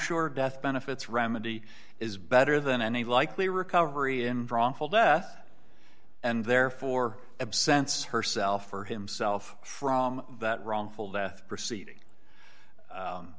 shore death benefits remedy is better than any likely recovery in wrongful death and therefore absence herself or himself from that wrongful death proceeding